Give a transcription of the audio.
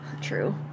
True